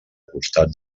costat